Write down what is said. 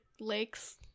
lakes